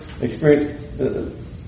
experience